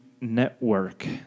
Network